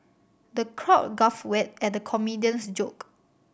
the crowd guffawed we at the comedian's joke